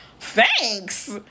Thanks